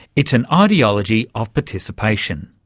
it's an ideology of participation.